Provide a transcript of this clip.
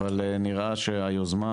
אבל נראה שהיוזמה